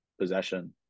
possession